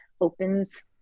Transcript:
opens